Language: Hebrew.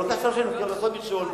ולוקח שלוש שנים לעשות מכשול.